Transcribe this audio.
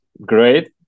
great